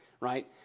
right